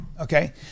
okay